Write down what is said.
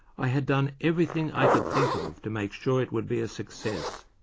i had done everything i could think of to make sure it would be a success,